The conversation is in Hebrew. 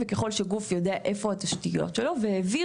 ככל שגוף יודע איפה התשתיות שלו והעביר